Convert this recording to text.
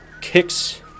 kicks